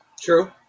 True